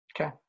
Okay